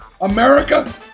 America